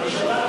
לפיד ברח?